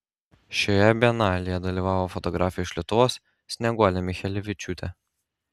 šioje bienalėje dalyvavo fotografė iš lietuvos snieguolė michelevičiūtė